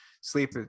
sleep